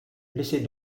laissez